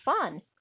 fun